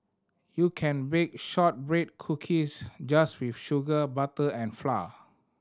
you can bake shortbread cookies just with sugar butter and flour